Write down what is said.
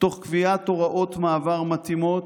תוך קביעת הוראות מעבר מתאימות,